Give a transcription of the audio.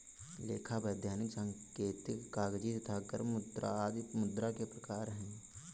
लेखा, वैधानिक, सांकेतिक, कागजी तथा गर्म मुद्रा आदि मुद्रा के प्रकार हैं